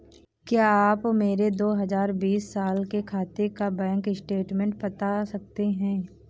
क्या आप मेरे दो हजार बीस साल के खाते का बैंक स्टेटमेंट बता सकते हैं?